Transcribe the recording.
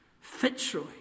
Fitzroy